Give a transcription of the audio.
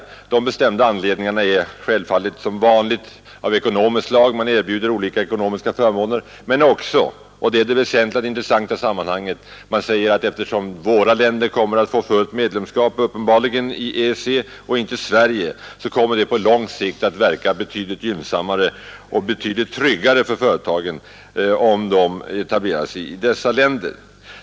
De bestämda anledningarna är självfallet som vanligt av ekonomiskt slag: man erbjuder olika ekonomiska förmåner. Men man säger också — och det är det väsentliga och intressanta i sammanhanget - att eftersom våra länder uppenbarligen kommer att få fullt medlemskap i EEC men inte Sverige kommer det på lång sikt att vara betydligt gynnsammare och betydligt tryggare för företagen, om de etablerar sig i dessa länder.